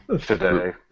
today